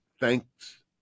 Thanks